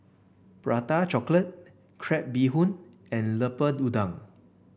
Prata Chocolate Crab Bee Hoon and Lemper Udang